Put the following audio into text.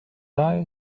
eye